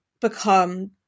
become